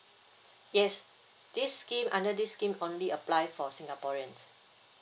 yes this scheme under this scheme only apply for singaporean